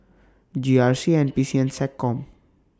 G R C N P C and Seccom